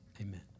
amen